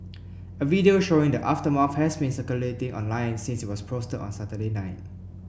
a video showing the aftermath has been circulating online since it was posted on Saturday night